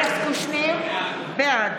(קוראת בשמות חברי הכנסת) אלכס קושניר, בעד